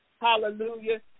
Hallelujah